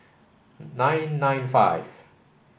nine nine five